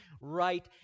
right